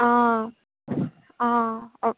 okay